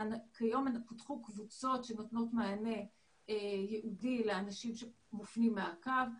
היום פותחו קבוצות שנותנות מענה ייעודי לאנשים שמופנים מהקו.